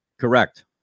Correct